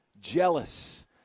jealous